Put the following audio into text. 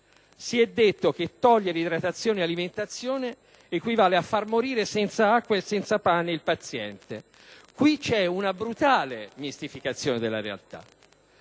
Si è detto che togliere idratazione e alimentazione equivale a far morire senza acqua e senza pane il paziente. Qui c'è una brutale mistificazione della realtà.